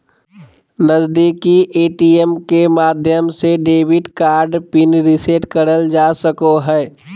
नजीदीकि ए.टी.एम के माध्यम से डेबिट कार्ड पिन रीसेट करल जा सको हय